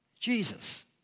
Jesus